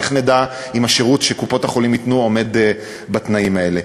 איך נדע אם השירות שקופות-החולים ייתנו עומד בתנאים האלה?